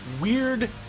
Weird